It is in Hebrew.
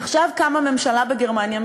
עכשיו קמה ממשלה בגרמניה,